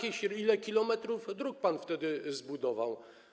Ile kilometrów dróg pan wtedy zbudował?